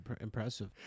impressive